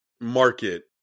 market